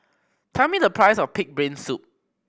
tell me the price of pig brain soup